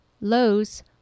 Lowe's